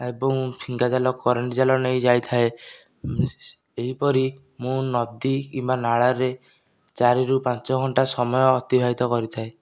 ଏବଂ ଫିଙ୍ଗା ଜାଲ କରେଣ୍ଟ ଜାଲ ନେଇଯାଇଥାଏ ଏହି ପରି ମୁଁ ନଦୀ କିମ୍ବା ନାଳରେ ଚାରିରୁ ପାଞ୍ଚ ଘଣ୍ଟା ସମୟ ଅତିବାହିତ କରିଥାଏ